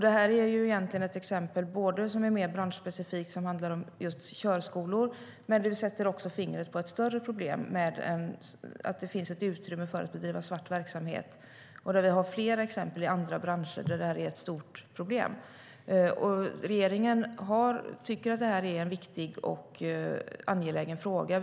Detta är egentligen ett mer branschspecifikt exempel som handlar om just körskolor. Men vi sätter också fingret på ett större problem, att det finns ett utrymme för att bedriva svart verksamhet. Vi har flera exempel i andra branscher där det är ett stort problem. Regeringen tycker att detta är en viktig och angelägen fråga.